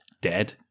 dead